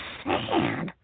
sad